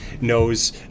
knows